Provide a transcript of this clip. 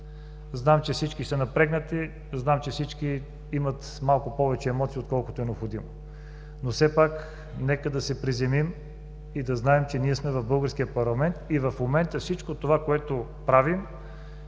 Знам, че всички са напрегнати. Знам, че всички имат малко повече емоции, отколкото е необходимо. Но все пак нека да се приземим и да знаем, че ние сме в българския парламент и в момента всичко това, което правим,